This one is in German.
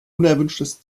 unerwünschtes